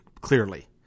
clearly